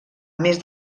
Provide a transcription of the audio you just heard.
més